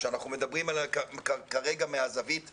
כשאנחנו מדברים כרגע מהזווית החינוכית,